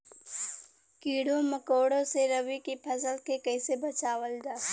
कीड़ों मकोड़ों से रबी की फसल के कइसे बचावल जा?